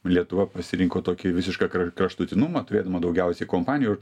lietuva pasirinko tokį visišką kra kraštutinumą turėdama daugiausiai kompanijų